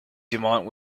dumont